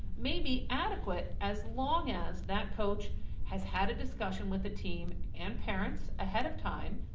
may be adequate, as long as that coach has had a discussion with the team and parents ahead of time,